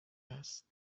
است